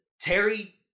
Terry